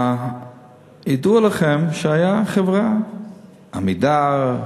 ידוע לכם שהייתה חברה, "עמידר"